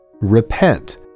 repent